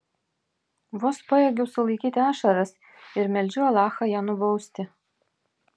vos pajėgiau sulaikyti ašaras ir meldžiau alachą ją nubausti